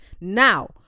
now